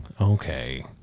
Okay